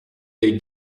they